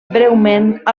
breument